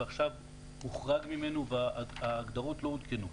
ועכשיו הוחרג ממנו, וההגדרות לא עודכנו.